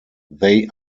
they